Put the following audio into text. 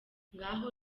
ngaho